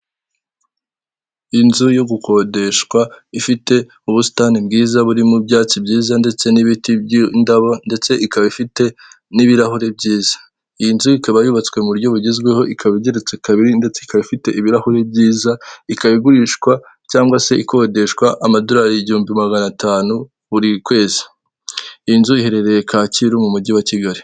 Inzu yo gukodeshwa ifite ubusitani bwiza burimo ibyatsi byiza ndetse n'ibiti by'indabo ndetse ikaba ifite n'ibirahuri byiza, iyi nzu ikaba yubatswe mu buryo bugezweho ikaba igeretse kabiri ndetse ikaba ifite ibirahuri byiza ikagurishwa cyangwa se igakodeshwa amadolari igihumbi magana atanu buri kwezi nzu iherereye Kacyiru mu mujyi wa Kigali.